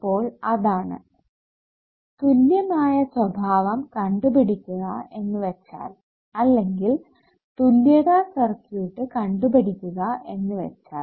അപ്പോൾ അതാണ് തുല്യമായ സ്വഭാവം കണ്ടുപിടിക്കുക എന്ന് വെച്ചാൽ അല്ലെങ്കിൽ തുല്യത സർക്യൂട്ട് കണ്ടുപിടിക്കുക എന്ന് വെച്ചാൽ